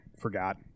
forgot